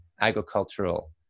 agricultural